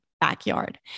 backyard